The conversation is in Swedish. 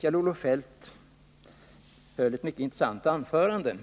Kjell-Olof Feldt höll ett mycket intressant anförande,